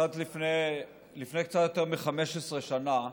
לפני קצת יותר מ-15 שנה,